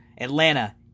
Atlanta